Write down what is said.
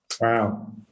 Wow